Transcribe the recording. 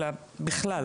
אלא בכלל.